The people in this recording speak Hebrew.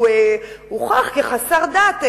שהוכח כחסר דת,